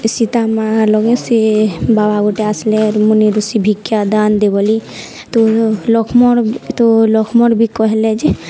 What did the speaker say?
ସୀତା ମା' ଲାଗି ସେ ବାବା ଗୋଟେ ଆସିଲେ ମୁନି ରଷି ଭିକ୍ଷା ଦାନ ଦେ ବୋଲି ତ ଲକ୍ଷ୍ମଣ ତ ଲକ୍ଷ୍ମର ବି କହିଲେ ଯେ